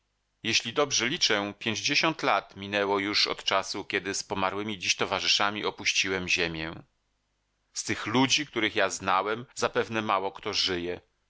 jeśli dobrze liczę pięćdziesiąt lat minęło już od czasu kiedy z pomarłymi dziś towarzyszami opuściłem ziemię z tych ludzi których ja znałem zapewne mało kto żyje